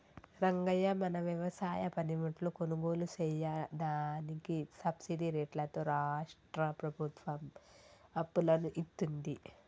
రంగయ్య మన వ్యవసాయ పనిముట్లు కొనుగోలు సెయ్యదానికి సబ్బిడి రేట్లతో రాష్ట్రా ప్రభుత్వం అప్పులను ఇత్తుంది